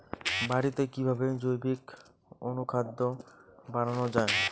বাড়িতে কিভাবে জৈবিক অনুখাদ্য বানানো যায়?